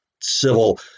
civil